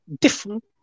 different